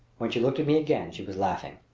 when she looked at me again she was laughing.